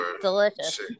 delicious